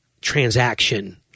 transaction